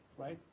right?